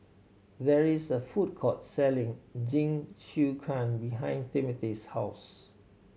there is a food court selling Jingisukan behind Timothy's house